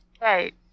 right